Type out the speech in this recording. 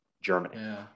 Germany